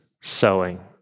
sowing